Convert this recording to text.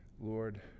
Lord